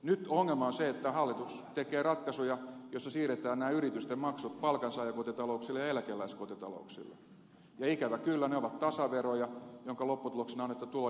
nyt ongelma on se että hallitus tekee ratkaisuja joissa siirretään nämä yritysten maksut palkansaajakotitalouksille ja eläkeläiskotitalouksille ja ikävä kyllä ne ovat tasaveroja joiden lopputuloksena on että tulonjako muuttuu